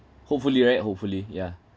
hopefully right hopefully yeah